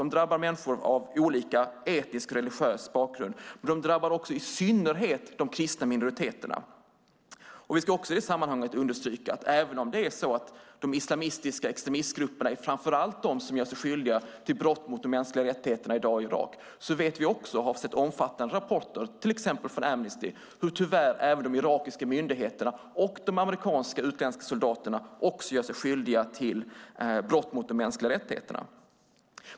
De drabbar människor av olika etnisk och religiös bakgrund, och de drabbar i synnerhet de kristna minoriteterna. Vi ska i detta sammanhang också understryka att även om det framför allt är de islamistiska extremistgrupperna som gör sig skyldiga till brott mot de mänskliga rättigheterna i Irak i dag vet vi också - vi har sett omfattande rapporter från till exempel Amnesty - hur tyvärr även de irakiska myndigheterna och de amerikanska och utländska soldaterna gör sig skyldiga till brott mot de mänskliga rättigheterna.